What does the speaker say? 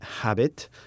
Habit